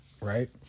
right